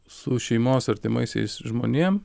su šeimos artimaisiais žmonėm